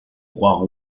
croit